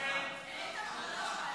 ההצעה להעביר את הצעת חוק-יסוד: